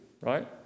right